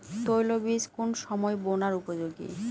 তৈল বীজ কোন সময় বোনার উপযোগী?